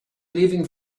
leaving